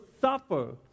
suffer